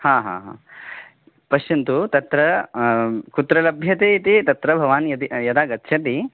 हा हा हा पश्यन्तु तत्र कुत्र लभ्यते इति तत्र भवान् यदि यदा गच्छति